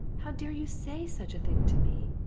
how dare you say such a thing to me?